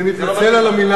אני מתנצל על המלה